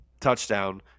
Touchdown